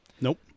Nope